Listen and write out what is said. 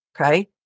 okay